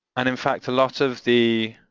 and, in fact, a lot of the